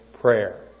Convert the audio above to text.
Prayer